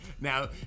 Now